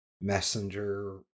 messenger